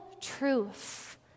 truth